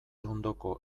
ondoko